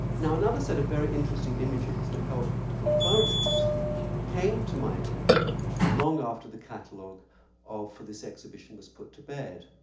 now another set of very interesting images that helped confirm this came to my attention long after the catalog for this exhibition was put to bed.